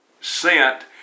sent